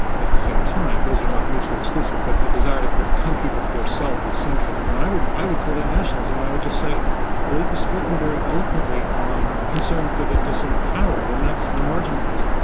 at the same time, there's those are not mutually exclusive. but the desire to put country before self is central. and i would i would call that nationalism. and i would just say elif has spoken very eloquently on concern for the disempowered. and that's demarginalized.